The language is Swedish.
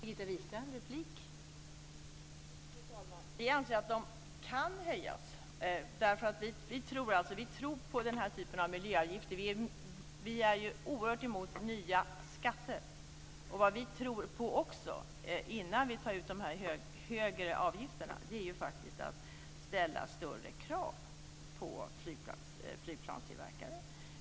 Fru talman! Vi anser att de kan höjas. Vi tror på den här typen av miljöavgifter. Vi är ju oerhört mycket emot nya skatter. Vad vi också tror på, innan man tar ut de högre avgifterna, är att faktiskt ställa större krav på flygplanstillverkarna.